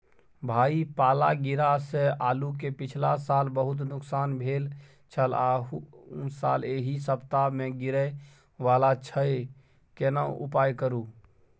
भाई पाला गिरा से आलू के पिछला साल बहुत नुकसान भेल छल अहू साल एहि सप्ताह में गिरे वाला छैय केना उपाय करू?